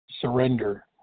surrender